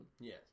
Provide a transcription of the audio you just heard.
Yes